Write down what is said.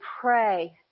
pray